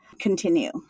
continue